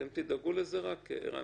אתם רק תדאגו לזה, ערן?